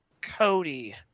Cody